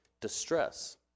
distress